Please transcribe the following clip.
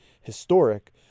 historic